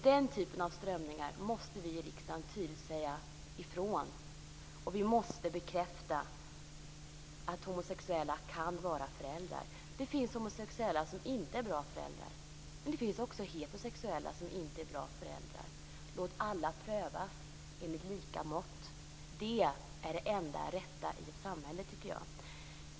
Den typen av strömningar måste vi i riksdagen tydligt motarbeta. Vi måste bekräfta att homosexuella kan vara föräldrar. Det finns homosexuella som inte är bra föräldrar, men det finns också heterosexuella som inte är det. Låt alla prövas efter lika mått. Det är det enda rätta i ett samhälle, tycker jag.